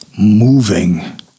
moving